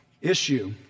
issue